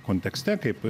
kontekste kaip